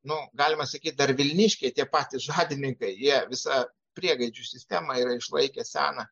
nu galima sakyt dar vilniškiai tie patys žadininkai jie visą priegaidžių sistemą yra išlaikę seną